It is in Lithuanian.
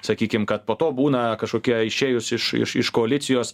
sakykim kad po to būna kažkokie išėjus iš iš iš koalicijos